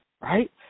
right